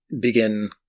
begin